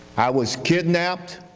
i was kidnapped,